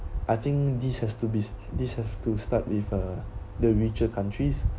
I think this has to be this have to start with uh the richer countries